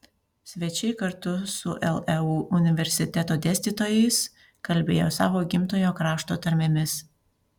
svečiai kartu su leu universiteto dėstytojais kalbėjo savo gimtojo krašto tarmėmis